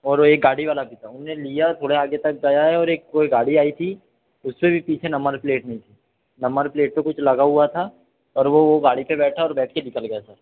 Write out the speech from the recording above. और एक गाड़ी वाला भी था उनने लिया थोड़े आगे तक गया है और एक कोई गाड़ी आई थी तो उसके भी पीछे नंबर प्लेट नहीं थी नंबर प्लेट पे कुछ लगा हुआ था और वो वो गाड़ी पे बैठा और बैठ के निकल गया सर